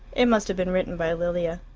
it must have been written by lilia.